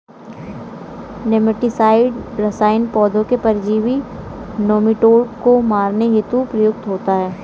nematicide रसायन पौधों के परजीवी नोमीटोड को मारने हेतु प्रयुक्त होता है